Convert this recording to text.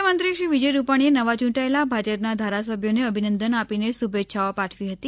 મુખ્યમંત્રીશ્રી વિજય રૂપાણીએ નવા યૂંટાયેલા ભાજપના ધારાસભ્યોને અભિનંદન આપીને શુભેચ્છાઓ પાઠવી હતી